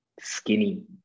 skinny